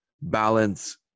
balance